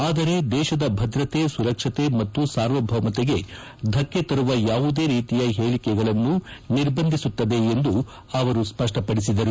ಆದರೆ ದೇಶದ ಭದ್ರತೆ ಸುರಕ್ಷಕೆ ಮತ್ತು ಸಾರ್ವಭೌಮತೆಗೆ ಧಕ್ಕೆ ತರುವ ಯಾವುದೇ ರೀತಿಯ ಪೇಳಿಕೆಗಳನ್ನು ನಿಬಂಧಿಸುತ್ತದೆ ಎಂದು ಅವರು ಸ್ವಷ್ಟಪಡಿಸಿದರು